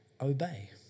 obey